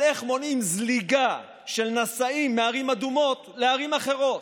על איך מונעים זליגה של נשאים מערים אדומות לערים אחרות.